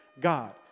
God